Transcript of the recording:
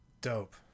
Dope